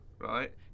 right